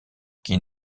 qui